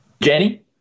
Jenny